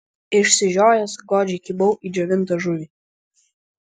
išsižiojęs godžiai kibau į džiovintą žuvį